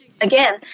Again